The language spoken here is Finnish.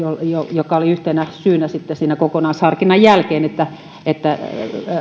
jotka olivat yhtenä syynä siinä kokonaisharkinnan jälkeen että että